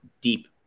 deep